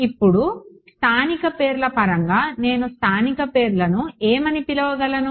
ఇప్పుడు స్థానిక పేర్ల పరంగా నేను స్థానిక పేర్లను ఏమని పిలవగలను